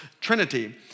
Trinity